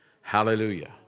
Hallelujah